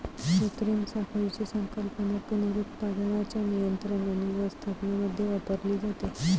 कृत्रिम साखळीची संकल्पना पुनरुत्पादनाच्या नियंत्रण आणि व्यवस्थापनामध्ये वापरली जाते